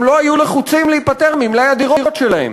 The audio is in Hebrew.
לא היו לחוצים להיפטר ממלאי הדירות שלהם.